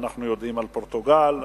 אנחנו יודעים על פורטוגל,